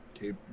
keep